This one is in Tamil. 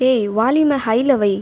ஏய் வால்யூமை ஹையில் வை